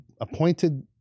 appointed